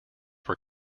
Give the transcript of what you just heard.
were